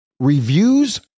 reviews